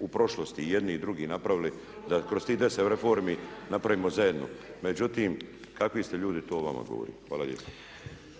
u prošlosti i jedni i drugi napravili da kroz tih deset reformi napravimo zajedno. Međutim, kakvi ste ljudi to vama govorim. Hvala lijepa.